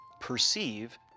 perceive